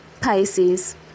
Pisces